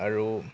আৰু